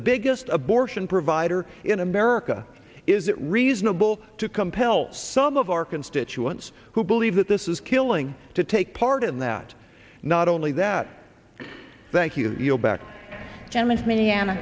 biggest abortion provider in america is it reasonable to compel some of our constituents who believe that this is killing to take part in that not only that thank you back and miss me and